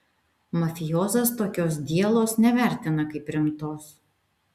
mafijozas tokios dielos nevertina kaip rimtos